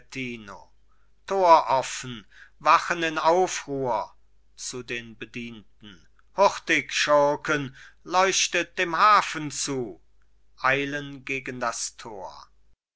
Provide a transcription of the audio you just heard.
gianettino tor offen wachen in aufruhr zu den bedienten hurtig schurken leuchtet dem hafen zu eilen gegen das tor